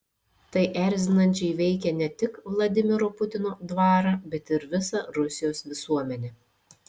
tai erzinančiai veikia ne tik vladimiro putino dvarą bet ir visą rusijos visuomenę